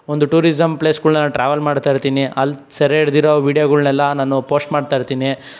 ಒಂದು ಟೂರಿಝಮ್ ಪ್ಲೇಸ್ಗಳ್ನೆಲ್ಲ ಟ್ರಾವೆಲ್ ಮಾಡ್ತಾ ಇರ್ತೀನಿ ಅಲ್ಲಿ ಸೆರೆ ಹಿಡಿದಿರೋ ವೀಡ್ಯೊಗಳ್ನೆಲ್ಲ ನಾನು ಪೋಸ್ಟ್ ಮಾಡ್ತಾ ಇರ್ತೀನಿ